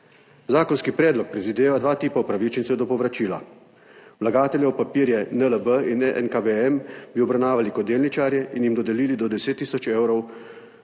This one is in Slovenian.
Zakonski predlog predvideva dva tipa upravičencev do povračila. Vlagatelje v papirje NLB in NKBM bi obravnavali kot delničarje in jim dodelili do 10 tisoč evrov